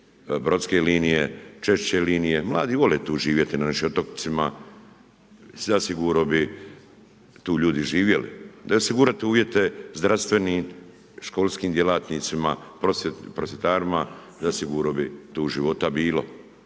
brodske linije, češće linije, mladi vole tu živjeti na našim otocima, zasigurno tu ljudi živjeli, da je osigurat uvjete zdravstvenim, školskim djelatnicima, prosvjetarima, zasigurno bi tu života bilo.